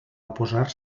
oposar